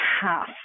half